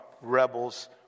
rebels